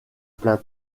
plein